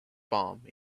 bomb